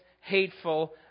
hateful